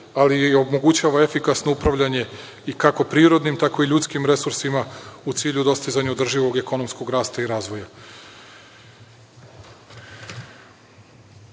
ali i omogućava efikasno upravljanje kako prirodnim, tao i ljudskim resursima u cilju dostizanja održivog ekonomskog rasta i razvoja. Program